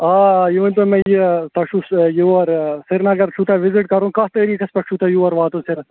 آ یہِ ؤنۍتَو مےٚ یہِ تۅہہِ چھُوٕ یوٗر آ سِرنگر چھُو تۅہہِ وِزِٹ کَرُن کَتھ تاریٖخس پٮ۪ٹھ چھُو تۅہہِ یور واتُن سِرۍ